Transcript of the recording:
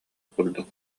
курдук